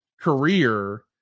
career